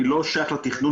אני לא שייך בכלל לתכנון.